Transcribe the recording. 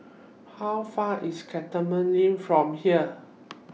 How Far away IS Cantonment LINK from here